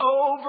over